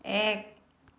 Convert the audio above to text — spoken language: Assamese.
এক